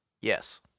Yes